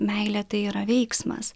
meilė tai yra veiksmas